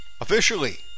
Officially